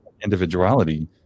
individuality